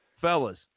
fellas